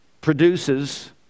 produces